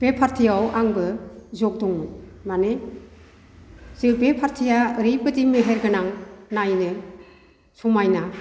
बे पार्तिआव आंबो जग दंमोन माने जों बे पार्तिआ ओरैबायदि मेहेर गोनां नायनो समायना